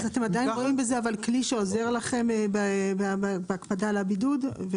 אתם עדיין רואים בזה כלי שעוזר לכם בהקפדה על הבידוד?